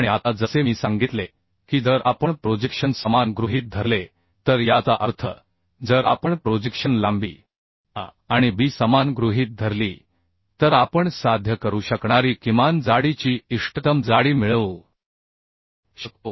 आणि आता जसे मी सांगितले की जर आपण प्रोजेक्शन समान गृहित धरले तर याचा अर्थ जर आपण प्रोजेक्शन लांबी A आणि B समान गृहित धरली तर आपण साध्य करू शकणारी किमान जाडीची इष्टतम जाडी मिळवू शकतो